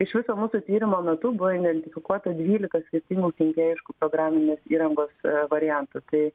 iš viso mūsų tyrimo metu buvo identifikuota dvylika skirtingų kenkėjiškų programinės įrangos variantų tai